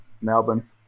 Melbourne